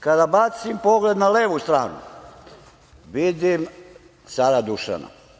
Kada bacim pogled na levu stranu, vidim cara Dušana.